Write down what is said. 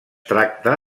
tracta